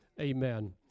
Amen